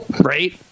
right